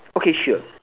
okay sure